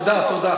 תודה, תודה.